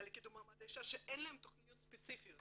לקידום מעמד האישה שאין להם תכניות ספציפיות